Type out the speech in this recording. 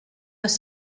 les